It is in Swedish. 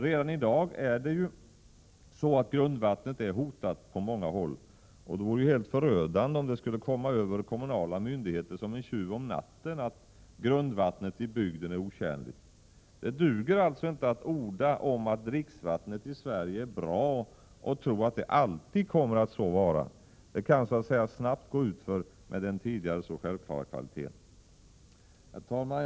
Redan i dag är det så att grundvattnet är hotat på många håll, och det vore ju helt förödande om det skulle komma över kommunala myndigheter som ”en tjuv om natten” att grundvattnet i bygden är otjänligt. Det duger alltså icke att orda om att dricksvattnet i Sverige är bra och tro att det alltid kommer att så vara. Det kan snabbt gå utför med den tidigare så självklara kvaliteten. Herr talman!